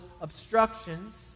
obstructions